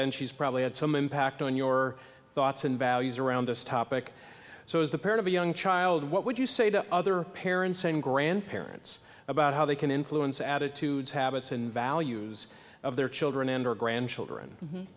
and she's probably had some impact on your thoughts and values around this topic so is the part of a young child what would you say to other parents and grandparents about how they can influence attitudes habits and values of their children and or grandchildren